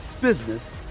business